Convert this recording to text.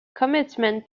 commitment